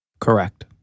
Correct